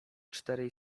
czterej